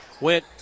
went